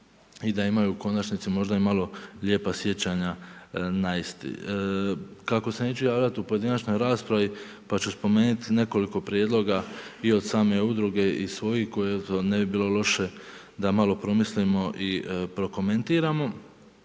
i da imaju u konačnici i malo lijepa sjećanja na isti. Kako se neću javljat u pojedinačnoj raspravi pa ću spomenuti nekoliko prijedloga i od same udruge i svojih koje eto ne bi bilo loše da malo promislimo i prokomentiramo.